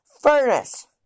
furnace